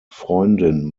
freundin